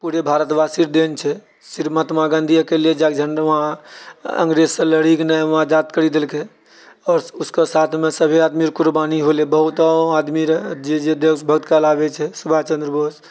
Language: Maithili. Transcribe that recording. पूरे भारतवासी रऽ देन छै सिर्फ महत्मा गाँधी अकेले जाकेँ झण्डा वहाँ अंग्रेजसँ लड़िके नहि वहाँ जाके करी देलकै आओर उसके साथमे सभी आदमीके क़ुरबानी होलै बहुतो आदमी रऽ जे जे देशभक्त कहलाबै छै सुभाषचन्द्र बोस